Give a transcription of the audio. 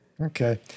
Okay